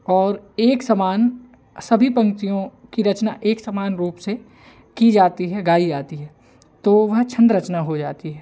और एक समान सभी पंक्तियों की रचना एक समान रूप से की जाती है गाई जाती है तो वह छंद रचना हो जाती है